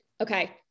Okay